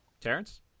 Terrence